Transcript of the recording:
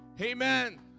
Amen